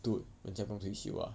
dude 人家不用退休 ah